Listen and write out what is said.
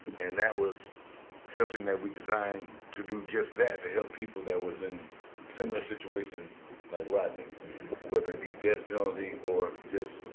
and that was something that we designed to do just that, to help people that was in similar situation like rodney whether it be death penalty or just